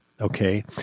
okay